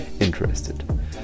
interested